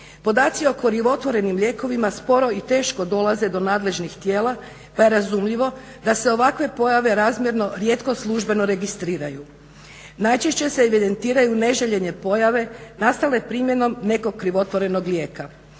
Podaci o krivotvorenim lijekovima sporo i teško dolaze do nadležnih tijela pa je razumljivo da se ovakve pojave razmjerno rijetko službeno registriraju. Najčešće se evidentiraju neželjene pojave nastale primjenom nekog krivotvorenog lijeka.